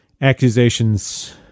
accusations